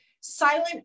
silent